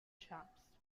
chops